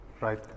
right